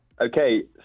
Okay